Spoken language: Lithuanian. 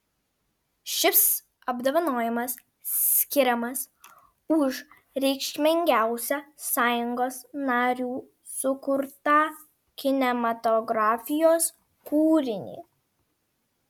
šis apdovanojimas skiriamas už reikšmingiausią sąjungos narių sukurtą kinematografijos kūrinį